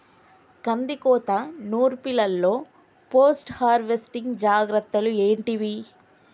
కందికోత నుర్పిల్లలో post harvesting జాగ్రత్తలు ఏంటివి?